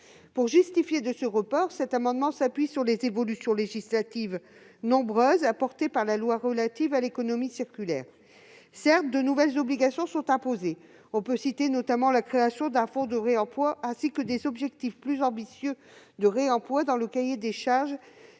Pour justifier ce report, cet article s'appuie sur les nombreuses évolutions législatives apportées par la loi relative à l'économie circulaire. Certes, de nouvelles obligations sont imposées, notamment la création d'un fonds de réemploi ainsi que des objectifs plus ambitieux de réemploi dans le cahier des charges